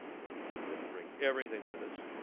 which means we have to bring everything with us.